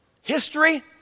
history